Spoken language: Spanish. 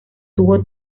tuvo